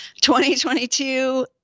2022